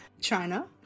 China